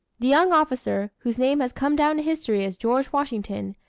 the young officer, whose name has come down to history as george washington,